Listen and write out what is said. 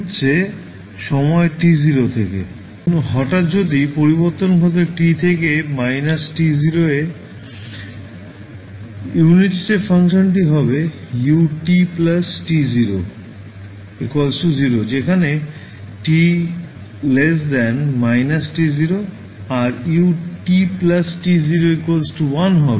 এখন যদি হঠাৎ পরিবর্তন ঘটে t থেকে −t0 এ ইউনিট স্টেপ ফাংশন টি হবে ut t0 0 যেখানে t −t0 আর ut t0 1 হবে যখন t −t0 হবে